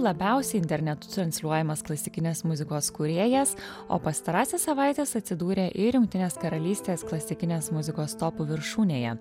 labiausiai internetu transliuojamas klasikinės muzikos kūrėjas o pastarąsias savaites atsidūrė ir jungtinės karalystės klasikinės muzikos topų viršūnėje